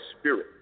spirit